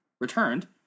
returned